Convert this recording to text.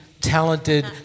talented